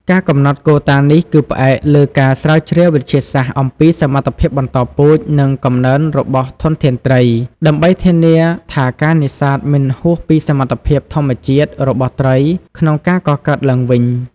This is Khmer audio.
ការកំណត់កូតានេះគឺផ្អែកលើការស្រាវជ្រាវវិទ្យាសាស្ត្រអំពីសមត្ថភាពបន្តពូជ និងកំណើនរបស់ធនធានត្រី ដើម្បីធានាថាការនេសាទមិនហួសពីសមត្ថភាពធម្មជាតិរបស់ត្រីក្នុងការកកើតឡើងវិញ។